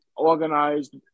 organized